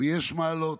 ויש מעלות,